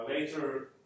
later